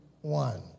one